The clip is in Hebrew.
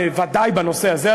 בוודאי בנושא הזה,